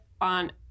on